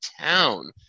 town